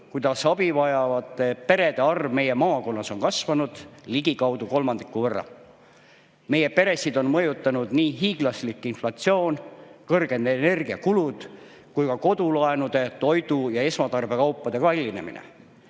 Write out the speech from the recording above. kuidas abi vajavate perede arv meie maakonnas on kasvanud ligikaudu kolmandiku võrra. Meie peresid on mõjutanud nii hiiglaslik inflatsioon, kõrgemad energiakulud kui ka kodulaenude, toidu ja esmatarbekaupade kallinemine.